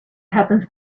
happens